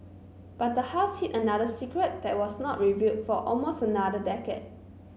but the house hid another secret that was not revealed for almost another decade